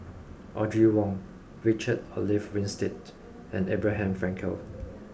Audrey Wong Richard Olaf Winstedt and Abraham Frankel